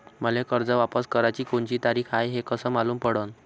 मले कर्ज वापस कराची कोनची तारीख हाय हे कस मालूम पडनं?